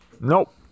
nope